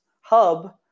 hub